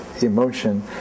emotion